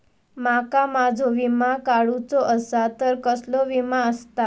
माका माझो विमा काडुचो असा तर कसलो विमा आस्ता?